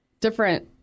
different